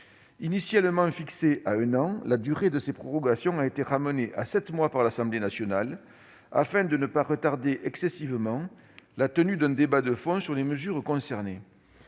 Initialement fixée à un an, la durée de ces prorogations a été ramenée à sept mois par l'Assemblée nationale, afin de ne pas retarder excessivement la tenue d'un débat de fond sur les mesures concernées.